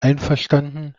einverstanden